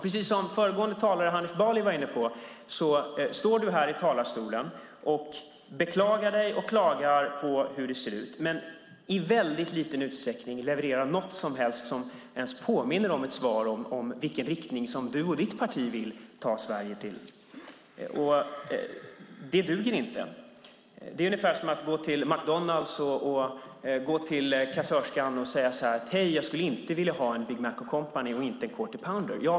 Precis som föregående talare Hanif Bali var inne på står du i talarstolen och beklagar dig och klagar på hur det ser ut men i väldigt liten utsträckning levererar någonting som helst som ens påminner om ett svar på i vilken riktning som du och ditt parti vill ta Sverige. Det duger inte. Det är ungefär som att gå till McDonalds, gå till kassörskan och säga: Hej, jag skulle inte vilja ha en Big Mac och inte en Quarter Pounder.